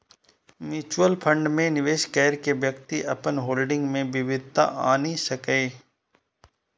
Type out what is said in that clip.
mutual fund मे निवेश कैर के व्यक्ति अपन होल्डिंग मे विविधता आनि सकैए